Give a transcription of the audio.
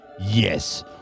Yes